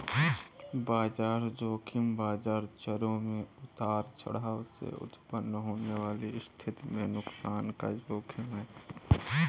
बाजार ज़ोखिम बाजार चरों में उतार चढ़ाव से उत्पन्न होने वाली स्थिति में नुकसान का जोखिम है